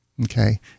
okay